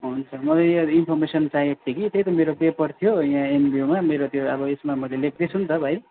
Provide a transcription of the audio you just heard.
हुन्छ मलाई या इन्फर्मेसन चाहिएको थियो कि त्यही त मेरो पेपर थियो यहाँ एनबियूमा मेरो त्यो अब यसमा लेख्दैछु नि त भाइ